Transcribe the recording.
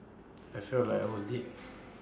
I felt like I was dead